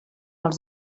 els